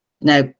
Now